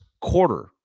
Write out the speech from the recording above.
quarter